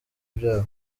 byabo